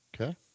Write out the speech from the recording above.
Okay